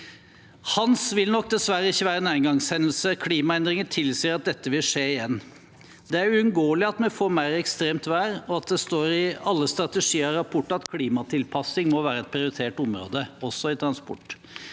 «Hans» vil nok dessverre ikke være en engangshendelse. Klimaendringer tilsier at dette vil skje igjen. Det er uunngåelig at vi får mer ekstremt vær, og det står i alle strategier og rapporter at klimatilpasning må være et prioritert område, også innen transport.